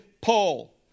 Paul